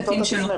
אנחנו נפנה,